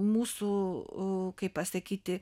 mūsų kaip pasakyti